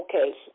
okay